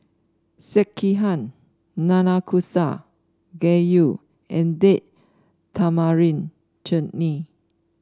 Sekihan Nanakusa Gayu and Date Tamarind Chutney